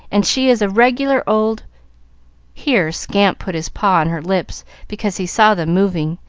and she is a regular old here scamp put his paw on her lips because he saw them moving,